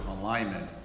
alignment